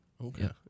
Okay